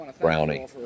Brownie